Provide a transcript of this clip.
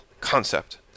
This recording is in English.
concept